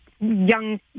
young